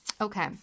Okay